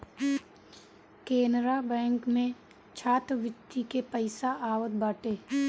Canara bank में छात्रवृत्ति के पईसा आवत बाटे